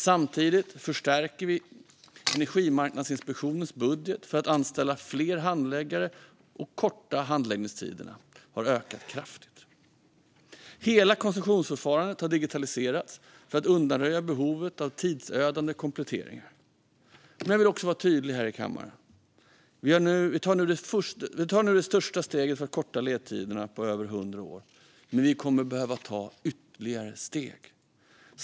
Samtidigt förstärker vi Energimarknadsinspektionens budget för att anställa fler handläggare och korta handläggningstiderna, som har ökat kraftigt. Hela koncessionsförfarandet har digitaliserats för att undanröja behovet av tidsödande kompletteringar. Men jag vill också vara tydlig här i kammaren: Vi tar nu det största steget för att korta ledtiderna på över hundra år, men vi kommer att behöva ta ytterligare steg.